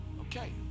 Okay